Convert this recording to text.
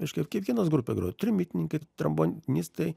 reiškia kiekvienas grupė grojo trimitininkai trombonistai